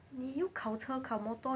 你又考车考 motor